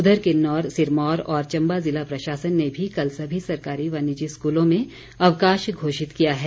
उधर किन्नौर चम्बा और सिरमौर ज़िला प्रशासन ने भी कल सभी सरकारी व निजी स्कूलों में अवकाश घोषित किया है